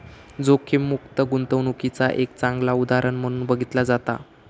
जोखीममुक्त गुंतवणूकीचा एक चांगला उदाहरण म्हणून बघितला जाता